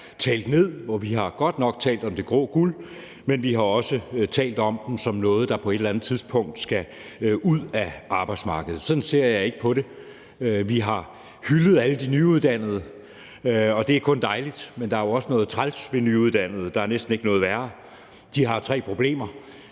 talt ned. Vi har godt nok talt om det grå guld, men vi har også talt om det som noget, der på et eller andet tidspunkt skal ud af arbejdsmarkedet. Sådan ser jeg ikke på det. Vi har hyldet alle de nyuddannede, og det er kun dejligt, men der er jo også noget træls ved nyuddannede. Der er næsten ikke noget værre. De har tre problemer.